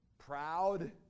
proud